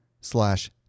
slash